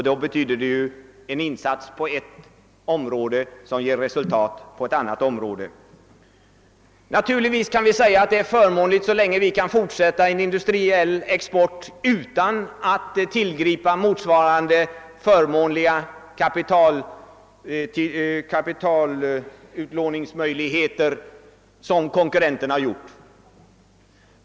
Det betyder ju en insats på ett område som ger resultat också på ett annat område. Naturligtvis kan vi säga att det är förmånligt, så länge vi kan fortsätta en industriell export utan att tillgripa motsvarande förmånliga utlåningsmöjligheter som konkurrenterna har gjort.